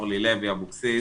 אורלי לוי אבוקסיס,